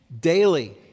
Daily